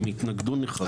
הם התנגדו נחרצות.